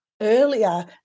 earlier